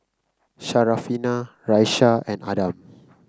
Syarafina Raisya and Adam